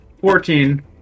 Fourteen